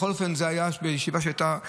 בכל אופן זה היה בישיבה שהייתה,